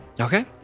Okay